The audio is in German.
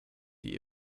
die